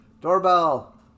doorbell